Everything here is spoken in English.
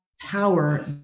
power